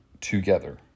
together